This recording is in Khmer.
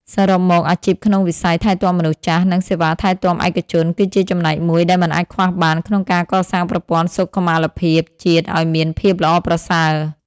សរុបមក អាជីពក្នុងវិស័យថែទាំមនុស្សចាស់ និងសេវាថែទាំឯកជន គឺជាចំណែកមួយដែលមិនអាចខ្វះបានក្នុងការកសាងប្រព័ន្ធសុខុមាលភាពជាតិឱ្យមានភាពល្អប្រសើរ។